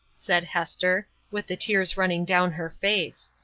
said hester, with the tears running down her face.